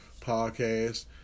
podcast